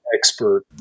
expert